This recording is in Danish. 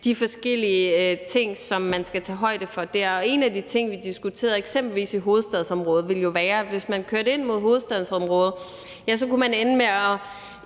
de forskellige ting, som man skal tage højde for der. En af de ting, vi diskuterede angående eksempelvis hovedstadsområdet, var den problematik, at hvis man kørte ind mod hovedstadsområdet, så kunne man ende med i